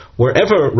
wherever